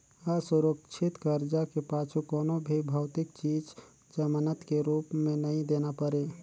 असुरक्छित करजा के पाछू कोनो भी भौतिक चीच जमानत के रूप मे नई देना परे